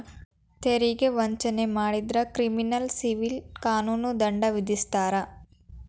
ತೆರಿಗೆ ವಂಚನೆ ಮಾಡಿದ್ರ ಕ್ರಿಮಿನಲ್ ಸಿವಿಲ್ ಕಾನೂನು ದಂಡ ವಿಧಿಸ್ತಾರ